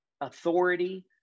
authority